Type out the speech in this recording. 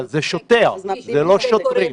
אבל זה שוטר, זה לא שוטרים.